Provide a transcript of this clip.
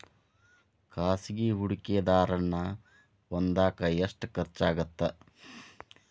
ಖಾಸಗಿ ಹೂಡಕೆದಾರನ್ನ ಹೊಂದಾಕ ಎಷ್ಟ ಖರ್ಚಾಗತ್ತ